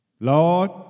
Lord